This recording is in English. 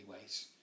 ways